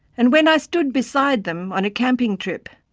and when i stood beside them, on a camping trip,